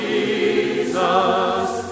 Jesus